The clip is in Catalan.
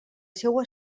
seua